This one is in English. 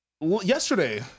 Yesterday